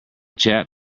chap